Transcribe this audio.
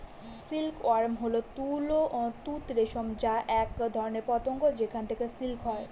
silk worm হল তুঁত রেশম যা এক ধরনের পতঙ্গ যেখান থেকে সিল্ক হয়